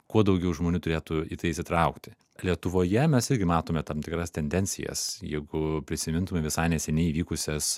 kuo daugiau žmonių turėtų į tai įsitraukti lietuvoje mes irgi matome tam tikras tendencijas jeigu prisimintumėm visai neseniai vykusias